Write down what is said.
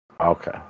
Okay